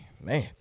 man